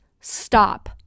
stop